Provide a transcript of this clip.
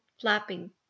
flapping